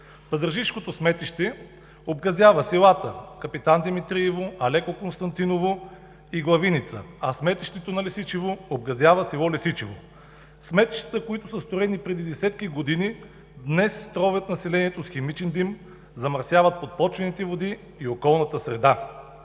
Пазарджишкото сметище обгазява селата Капитан Димитриево, Алеко Константиново и Главиница, а сметището на Лесичево обгазява село Лесичево. Сметищата, които са строени преди десетки години, днес тровят населението с химичен дим, замърсяват подпочвените води и околната среда.